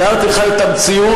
תיארתי לך את המציאות,